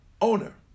owner